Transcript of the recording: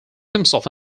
himself